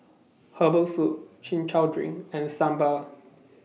Herbal Soup Chin Chow Drink and Sambal